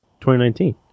2019